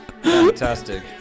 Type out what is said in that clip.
Fantastic